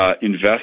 Invest